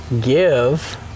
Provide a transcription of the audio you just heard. give